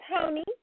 Tony